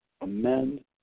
amend